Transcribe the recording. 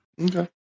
Okay